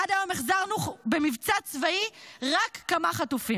עד היום החזרנו במבצע צבאי רק כמה חטופים.